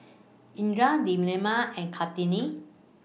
Indra Delima and Kartini